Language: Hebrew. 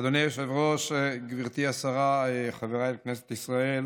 אדוני היושב-ראש, גברתי השרה, חבריי לכנסת ישראל,